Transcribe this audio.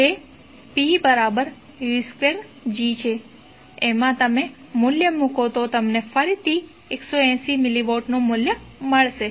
તે pv2G છે એમાં તમે મૂલ્ય મૂકો તો તમને ફરીથી 180 મિલીવોટનું મૂલ્ય મળશે